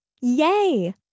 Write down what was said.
Yay